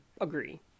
agree